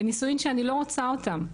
בנישואים שאני לא רוצה אותם.